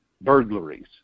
burglaries